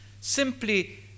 Simply